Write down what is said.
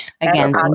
again